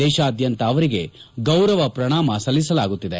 ದೇಶಾದ್ಯಂತ ಅವರಿಗೆ ಗೌರವ ಪ್ರಣಾಮ ಸಲ್ಲಿಸಲಾಗುತ್ತಿದೆ